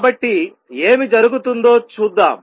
కాబట్టి ఏమి జరుగుతుందో చూద్దాం